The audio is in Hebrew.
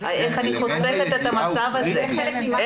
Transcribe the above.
איך אני חושפת את המצב הזה?